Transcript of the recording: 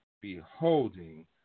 beholding